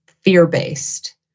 fear-based